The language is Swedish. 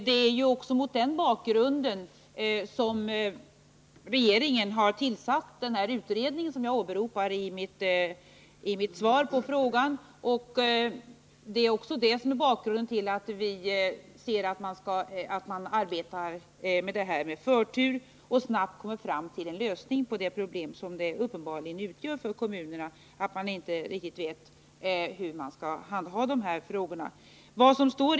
Detta är också anledningen till att regeringen har tillsatt den utredning som jag åberopar i mitt svar på frågan. Det är också bakgrunden till att vi anser att man med förtur bör arbeta med detta för att snabbt kunna komma fram till en lösning på det problem för kommunerna som det uppenbarligen utgör att de inte riktigt vet hur de skall handha de här frågorna.